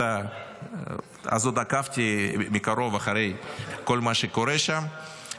אז עוד עקבתי מקרוב אחרי כל מה שקורה שם,